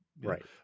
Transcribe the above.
Right